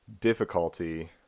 difficulty